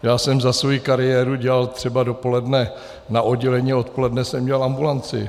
Já jsem za svoji kariéru dělal třeba dopoledne na oddělení a odpoledne jsem měl ambulanci.